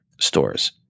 stores